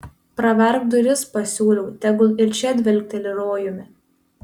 praverk duris pasiūliau tegul ir čia dvelkteli rojumi